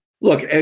look